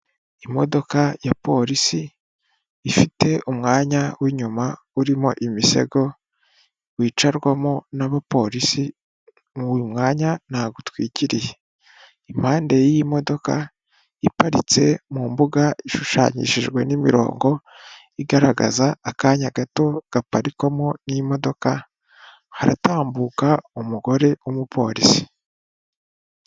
Imodoka ya polisi ifite umwanya w'inyuma urimo imisego wicarwamo n'abapolisi, uyu mwanya ntago utwikiriye, impande y'iyi modoka iparitse mu mbuga ishushanyishijwe n'imirongo igaragaza akanya gato gaparikwamo n'imodoka haratambuka umugore w'umupolisi.